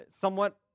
somewhat